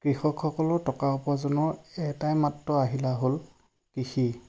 কৃষকসকলৰ টকা উপাৰ্জনৰ এটাই মাত্ৰ আহিলা হ'ল কৃষি